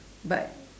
but